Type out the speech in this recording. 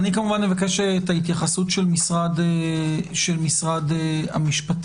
כמובן אבקש את ההתייחסות של משרד המשפטים.